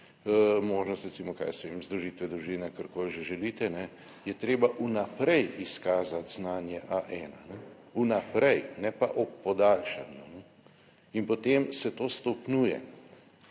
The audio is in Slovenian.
možnost recimo, kaj jaz vem, združitve družine, karkoli že želite, je treba vnaprej izkazati znanje A1, v vnaprej, ne pa o podaljšanju in potem se to stopnjuje.